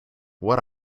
what